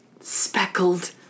Speckled